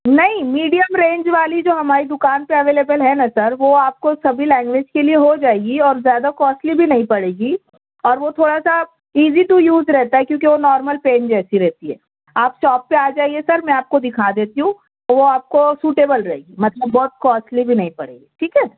نہیں medium range والی جو ہماری دُکان پہ اویلیبل ہے نا سر وہ آپ کو سبھی لینگویج کے لیے ہو جائے گی اور زیادہ کاسٹلی بھی نہیں پڑے گی اور وہ تھوڑا سا ازی ٹو یوز رہتا ہے کیونکہ وہ نارمل پین جیسی رہتی ہے آپ شاپ پہ آ جائیے سر میں آپ کو دکھا دیتی ہوں تو وہ آپ کو سوٹیبل رہے گی مطلب بہت کاسٹلی بھی نہیں پڑے گی ٹھیک ہے